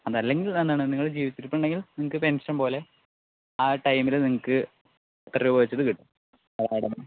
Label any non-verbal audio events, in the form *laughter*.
അതല്ലെങ്കിൽ എന്താണ് നിങ്ങൾ ജീവിച്ചിരിപ്പുണ്ടെങ്കിൽ പെൻഷൻ പോലെ ആ ടൈംൽ നിങ്ങൾക്ക് ഇത്ര രൂപ വെച്ച് ഇത് കിട്ടും *unintelligible*